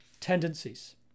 tendencies